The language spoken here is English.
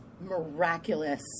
miraculous